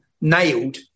nailed